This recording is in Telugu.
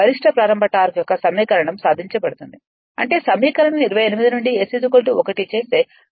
గరిష్ట ప్రారంభ టార్క్ యొక్క సమీకరణం సాధించబడుతుంది అంటే సమీకరణం 28 నుండి S 1 చేస్తే గరిష్ట ప్రారంభ టార్క్ సాధించవచ్చు